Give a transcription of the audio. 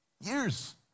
years